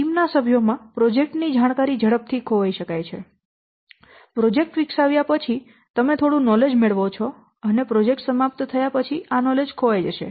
team ના સભ્યો માં પ્રોજેક્ટ ની જાણકારી ઝડપથી ખોવાય શકાય છે પ્રોજેક્ટ વિકસાવ્યા પછી તમે થોડું નોલેજ મેળવો છો અને પ્રોજેક્ટ સમાપ્ત થયા પછી આ નોલેજ ખોવાઈ જશે